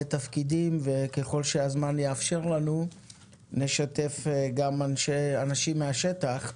תפקידים ככל שהזמן יאפשר לנו נשתף גם אנשים מהשטח,